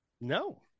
no